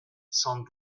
sans